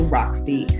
Roxy